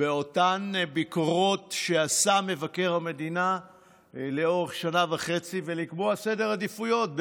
באותן ביקורות שעשה מבקר המדינה לאורך שנה וחצי ולקבוע סדרי עדיפויות,